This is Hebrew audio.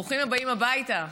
ברוכים הבאים הביתה.